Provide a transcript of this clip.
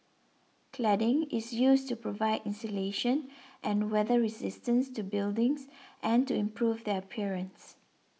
cladding is used to provide insulation and weather resistance to buildings and to improve their appearance